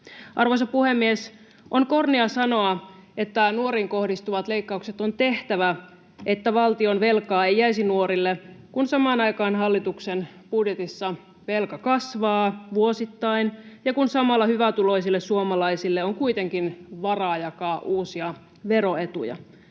Arvoisa puhemies! On kornia sanoa, että nuoriin kohdistuvat leikkaukset on tehtävä, että valtionvelkaa ei jäisi nuorille, kun samaan aikaan hallituksen budjetissa velka kasvaa vuosittain ja kun samalla hyvätuloisille suomalaisille on kuitenkin varaa jakaa uusia vero-etuja.